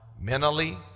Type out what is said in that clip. mentally